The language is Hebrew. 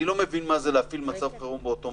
אני לא מבין מה זה להפעיל מצב חירום אוטומטי.